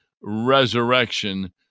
resurrection